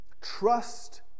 Trust